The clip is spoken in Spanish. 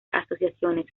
asociaciones